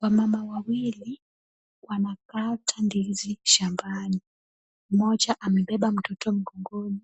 Wamama wawili wanakata ndizi shambani. Mmoja amebeba mtoto mgongoni,